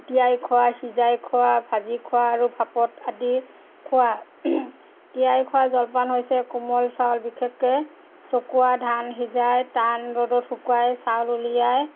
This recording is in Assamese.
তিয়াই খোৱা সিজাই খোৱা ভাজি খোৱা আৰু ভাপত আদি খোৱা তিয়াই খোৱা জলপান হৈছে কোমল চাউল বিশেষকৈ চকুৱা ধান সিজাই টান ৰ'দত শুকুৱাই চাউল উলিয়াই